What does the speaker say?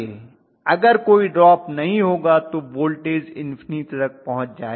अगर कोई ड्रॉप नहीं होगा तो वोल्टेज इन्फिनिटी तक पहुंच जायेगा